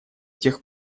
тех